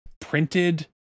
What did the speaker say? printed